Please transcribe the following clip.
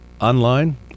online